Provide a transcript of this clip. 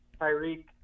Tyreek